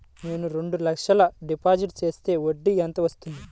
నేను రెండు లక్షల డిపాజిట్ చేస్తే వడ్డీ ఎంత వస్తుంది?